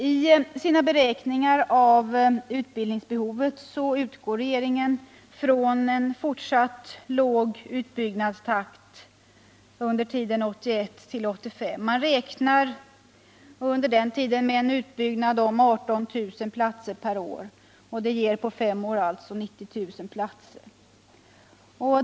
I sina beräkningar av utbildningsbehovet utgår regeringen också ifrån en fortsatt låg utbyggnadstakt under tiden 1981-1985. Man räknar med en utbyggnad under den tiden med 18 000 platser per år, vilket på fem år skulle ge 90 000 platser.